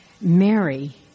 Mary